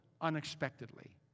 unexpectedly